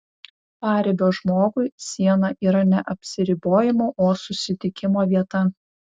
paribio žmogui siena yra ne atsiribojimo o susitikimo vieta